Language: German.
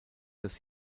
das